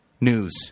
news